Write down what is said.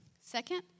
Second